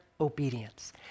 obedience